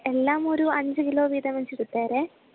എല്ലാമൊരു അഞ്ചു കിലോ വീതം വെച്ചു വിട്ടേരെ